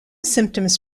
symptoms